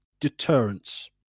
Deterrence